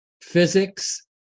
physics